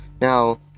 Now